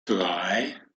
drei